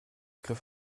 griff